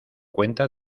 cuenta